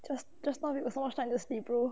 just just now you got so much time to sleep bro